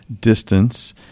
distance